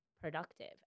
productive